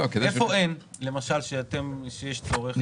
איפה למשל יש צורך, ואין?